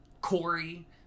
Corey